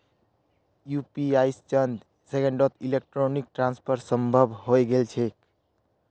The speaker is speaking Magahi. यू.पी.आई स चंद सेकंड्सत इलेक्ट्रॉनिक ट्रांसफर संभव हई गेल छेक